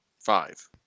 Five